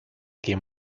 quien